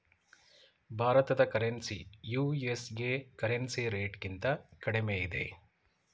ಭಾರತದ currency USA currency ರೇಟ್ಗಿಂತ ಕಡಿಮೆ ಇದೆ